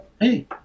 hey